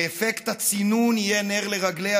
שאפקט הצינון יהיה נר לרגליה,